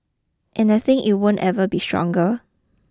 and I think it won't ever be stronger